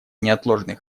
неотложный